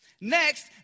Next